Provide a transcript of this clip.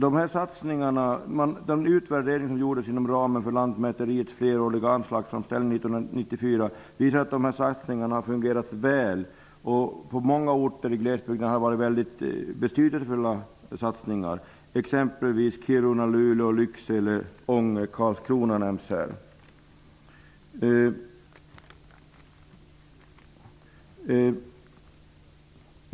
Den utvärdering som gjordes inom ramen för visar på att gjorda satsningar har fungerat väl. På många orter i glesbygden har det varit väldigt betydelsefulla satsningar -- exempelvis Kiruna, Luleå, Lycksele, Ånge och Karlskrona nämns i detta sammanhang.